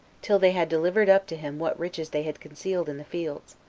till they had delivered up to him what riches they had concealed in the fields,